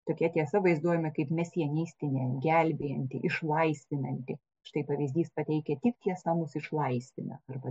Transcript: tokia tiesa vaizduojama kaip mesianistinė gelbėjanti išlaisvinanti štai pavyzdys pateikia tik tiesa mus išlaisvina arba